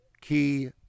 key